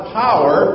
power